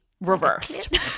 reversed